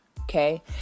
Okay